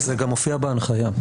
זה גם מופיע בהנחיה,